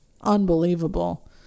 Unbelievable